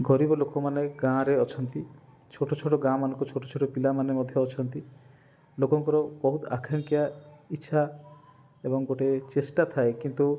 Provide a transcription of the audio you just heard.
ଗରିବ ଲୋକମାନେ ଗାଁରେ ଅଛନ୍ତି ଛୋଟ ଛୋଟ ଗାଁ ମାନଙ୍କୁ ଛୋଟ ଛୋଟ ପିଲାମାନେ ମଧ୍ୟ ଅଛନ୍ତି ଲୋକଙ୍କର ବହୁତ ଆଙ୍କାକ୍ଷ୍ୟା ଇଚ୍ଛା ଏବଂ ଗୋଟେ ଚେଷ୍ଟା ଥାଏ କିନ୍ତୁ